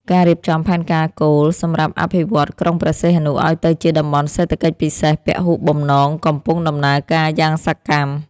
ការរៀបចំផែនការគោលសម្រាប់អភិវឌ្ឍក្រុងព្រះសីហនុឱ្យទៅជាតំបន់សេដ្ឋកិច្ចពិសេសពហុបំណងកំពុងដំណើរការយ៉ាងសកម្ម។